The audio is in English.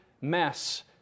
mess